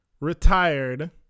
retired